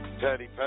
Teddy